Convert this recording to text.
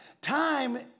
Time